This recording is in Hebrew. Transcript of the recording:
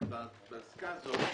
קטן (ב)